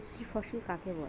চৈতি ফসল কাকে বলে?